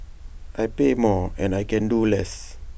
I pay more and I can do less